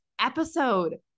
episode